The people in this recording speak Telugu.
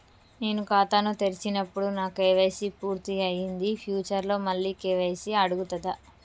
నేను ఖాతాను తెరిచినప్పుడు నా కే.వై.సీ పూర్తి అయ్యింది ఫ్యూచర్ లో మళ్ళీ కే.వై.సీ అడుగుతదా?